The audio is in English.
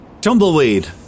Tumbleweed